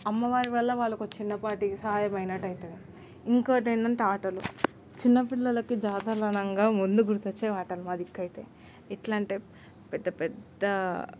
అమ్మవారి వల్ల వాళ్లకి ఒక చిన్న పాటి సహాయం అయినట్టు అవుతుంది ఇంకొకటి ఏంటంటే ఆటలు చిన్నపిల్లలకు జాతర అనగా ముందు గుర్తు వచ్చేవి ఆటలు మా దిక్కు అయితే ఎట్లా అంటే పెద్ద పెద్ద